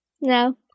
No